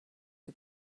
who